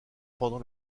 pendant